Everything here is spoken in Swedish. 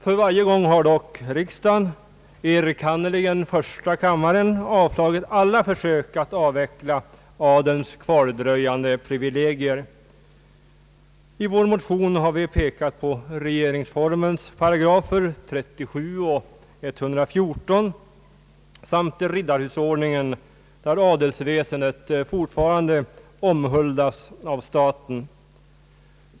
För varje gång har dock riksdagen, enkannerligen första kammaren, avslagit alla försök att avveckla adelns kvardröjande privilegier. I vår motion har vi pekat på 37 § och 114 § regeringsformen samt riddarhusordningen, där adelsväsendet fortfarande omhuldas av staten.